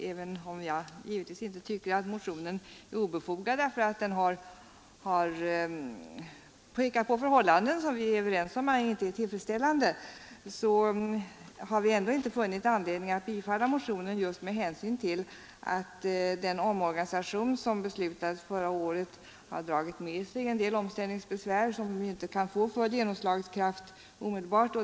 Även om jag givetvis inte tycker att motionen är obefogad — den har pekat på förhållanden som vi är överens om inte är tillfredsställande — har vi inte funnit anledning att tillstyrka motionen med hänsyn till att den omorganisation som beslutades förra året dragit med sig en del omställningsbesvär. Ändringarna kan inte få full genomslagskraft omedelbart.